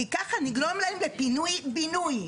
כי ככה נגרום להם לפינוי בינוי,